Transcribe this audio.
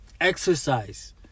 Exercise